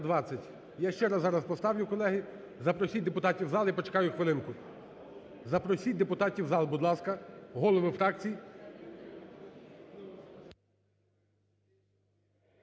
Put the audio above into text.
Я ще раз зараз поставлю, колеги. Запросіть депутатів в зал, я почекаю хвилинку. Запросіть депутатів в зал, будь ласка, голови фракцій.